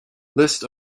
list